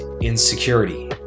insecurity